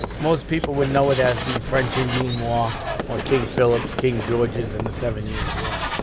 most people would know it as the french-indian war or king philip's, king george's and the seven years war.